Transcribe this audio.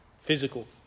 physical